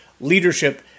leadership